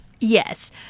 Yes